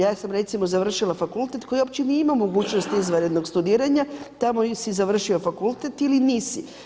Ja sam recimo završila fakultet koji uopće nije imao mogućnost izvanrednog studiranja, tamo ili si završio fakultet ili nisi.